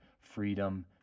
freedom